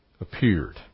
appeared